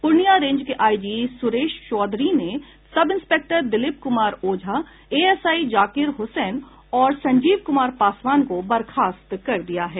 Purnia range के IG Suresh Chaudhary ने sub inspector Dilip Kumar Ojha ASI Zakir Hussain और संजीव कुमार पासवान को बर्खास्त कर दिया है